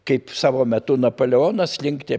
kaip savo metu napoleonas rinkti